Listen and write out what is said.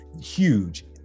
Huge